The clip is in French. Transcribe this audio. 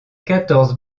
quatorze